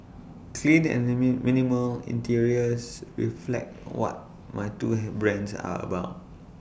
clean and the min minimal interiors reflect what my two hand brands are about